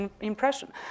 impression